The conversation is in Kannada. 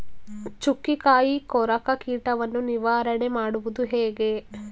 ಚುಕ್ಕಿಕಾಯಿ ಕೊರಕ ಕೀಟವನ್ನು ನಿವಾರಣೆ ಮಾಡುವುದು ಹೇಗೆ?